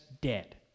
dead